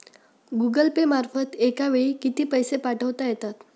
Google Pay मार्फत एका वेळी किती पैसे पाठवता येतात?